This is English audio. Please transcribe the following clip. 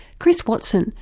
chris watson,